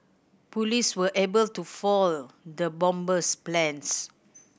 police were able to foil the bomber's plans